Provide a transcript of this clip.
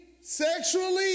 sexually